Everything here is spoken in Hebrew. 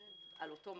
על אותו מקום.